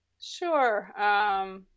Sure